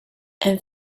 and